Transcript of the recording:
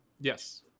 Yes